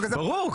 ברור.